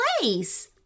place